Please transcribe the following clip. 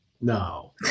No